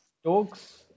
Stokes